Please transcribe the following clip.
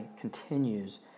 continues